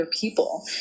people